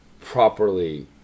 properly